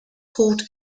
called